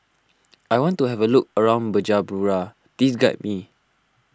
I want to have a look around Bujumbura please guide me